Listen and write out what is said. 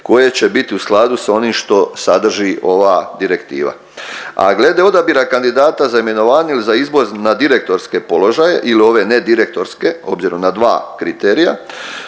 koje će biti u skladu sa onim što sadrži ova direktiva. A glede odabira kandidata za imenovanje ili za izbor na direktorske položaje ili ove nedirektorske obzirom na dva kriterija,